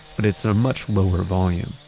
but it's a much lower volume.